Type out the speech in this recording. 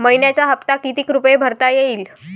मइन्याचा हप्ता कितीक रुपये भरता येईल?